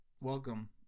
welcome